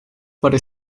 para